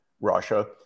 Russia